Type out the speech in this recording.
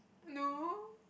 no